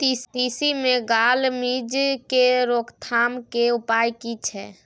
तिसी मे gall midge के रोकथाम के उपाय की छै?